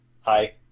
Hi